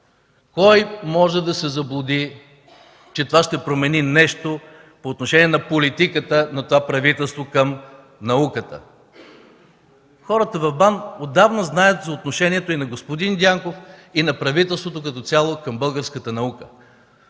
Кой може да се заблуди, че това ще промени нещо по отношение на политиката на правителството към науката? Хората в БАН отдавна знаят за отношението и на господин Дянков, и на правителството като цяло към българската наука,